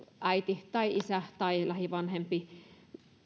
äiti tai isä tai lähivanhempi